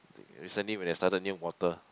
recently when they started new water